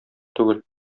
түгел